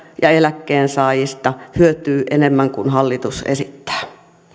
ja eläkkeensaajista hyötyy enemmän kuin hallitus esittää